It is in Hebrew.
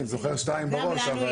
אני זוכר שתיים בראש.